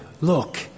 look